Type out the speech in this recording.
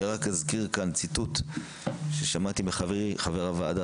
אני רק אזכיר כאן ציטוט ששמעתי מחברי חבר הוועדה,